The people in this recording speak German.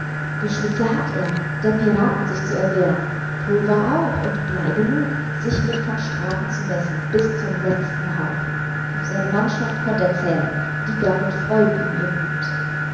geschütze hatt er der piraten sich zu erwehren pulver auch und blei genug sich mit van straten zu messen bis zum letzten hauch auf seine mannschaft konnt er zählen die gab mit freuden ihm ihr blut